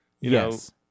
Yes